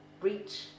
reach